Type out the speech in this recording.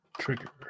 Trigger